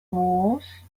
wars